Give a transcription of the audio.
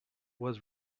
was